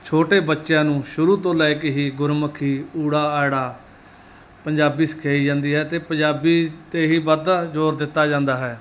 ਛੋਟੇ ਬੱਚਿਆਂ ਨੂੰ ਸ਼ੁਰੂ ਤੋਂ ਲੈ ਕੇ ਹੀ ਗੁਰਮੁਖੀ ਊੜਾ ਆੜਾ ਪੰਜਾਬੀ ਸਿਖਾਈ ਜਾਂਦੀ ਹੈ ਅਤੇ ਪੰਜਾਬੀ 'ਤੇ ਹੀ ਵੱਧ ਜ਼ੋਰ ਦਿੱਤਾ ਜਾਂਦਾ ਹੈ